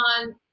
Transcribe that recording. on